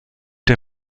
der